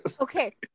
Okay